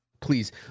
Please